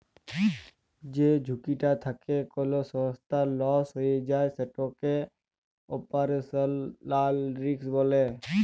যে ঝুঁকিটা থ্যাকে কল সংস্থার লস হঁয়ে যায় সেটকে অপারেশলাল রিস্ক ব্যলে